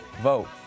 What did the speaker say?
Vote